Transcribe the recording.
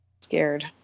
scared